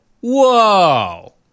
whoa